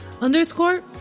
underscore